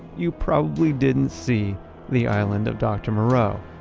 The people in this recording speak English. you probably didn't see the island of dr. moreau.